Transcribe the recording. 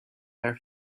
their